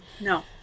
No